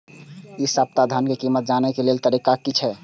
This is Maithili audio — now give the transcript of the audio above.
इ सप्ताह धान के कीमत जाने के लेल तरीका की छे?